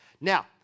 Now